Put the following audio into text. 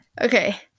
okay